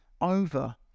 over